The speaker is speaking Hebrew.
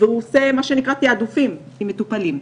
והוא עושה מה שנקרא 'תעדופים' עם מטופלים.